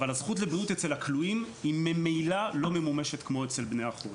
אבל הזכות לבריאות אצל הכלואים ממילא לא ממומשת כמו אצל בני החורין.